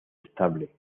estable